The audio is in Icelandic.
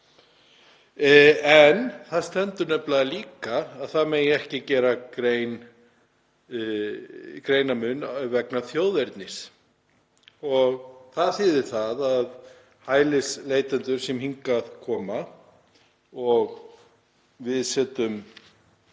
En það stendur nefnilega líka að ekki megi gera greinarmun vegna þjóðernis. Það þýðir að hælisleitendur sem hingað koma og sækja